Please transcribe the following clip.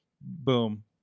Boom